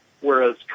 whereas